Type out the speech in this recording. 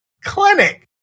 clinic